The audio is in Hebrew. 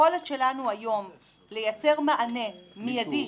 היכולת שלנו היום לייצר מענה מיידי